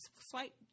swipe